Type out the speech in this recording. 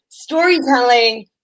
Storytelling